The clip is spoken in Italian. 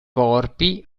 corpi